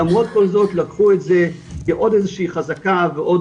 למרות כל זאת לקחו את זה כעוד איזושהי חזקה ועוד